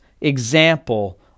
example